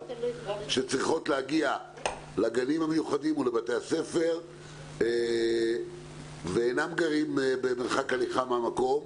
שצריכים להגיע לגנים ולבתי הספר ואינם גרים במרחק הליכה מהמקום.